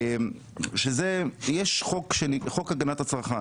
יש את חוק הגנת הצרכן